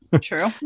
True